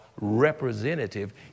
representative